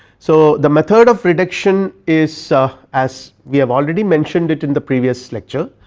so the method of reduction is so as we have already mentioned it in the previous lecture,